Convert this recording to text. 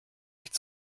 nicht